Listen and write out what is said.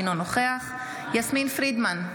אינו נוכח יסמין פרידמן,